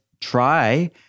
try